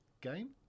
game